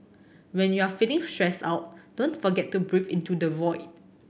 when you are feeling stressed out don't forget to breathe into the void